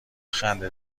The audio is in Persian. خنده